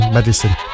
Medicine